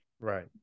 Right